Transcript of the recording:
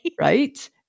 Right